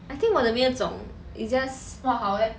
I think 我的没有肿 is just